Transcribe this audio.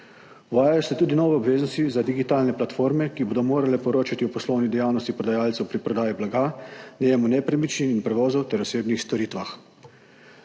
Uvajajo se tudi nove obveznosti za digitalne platforme, ki bodo morale poročati o poslovni dejavnosti prodajalcev pri prodaji blaga, najemu nepremičnin in prevozov ter osebnih storitvah.